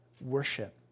worship